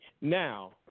Now